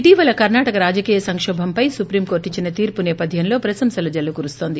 ఇటవల కర్ణాటక రాజకీయ సంకోభంపై సుప్రీంకోర్లు ఇచ్చిన తీర్పు నేపద్యంలో ప్రశంసల జల్లు కురుస్తోంది